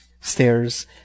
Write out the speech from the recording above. stairs